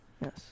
Yes